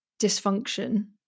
dysfunction